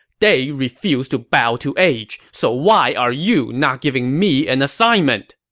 they refused to bow to age, so why are you not giving me an assignment!